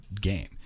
game